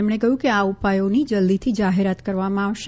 તેમણે કહ્યું કે આ ઉપાયોની જલ્દીથી જાહેરાત કરવામાં આવશે